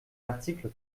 l’article